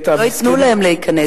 לא ייתנו להם להיכנס,